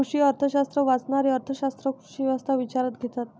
कृषी अर्थशास्त्र वाचणारे अर्थ शास्त्रज्ञ कृषी व्यवस्था विचारात घेतात